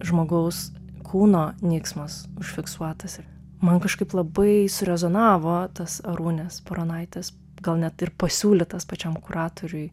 žmogaus kūno nyksmas užfiksuotas ir man kažkaip labai surezonavo tas arūnės baronaitės gal net ir pasiūlytas pačiam kuratoriui